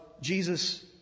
Jesus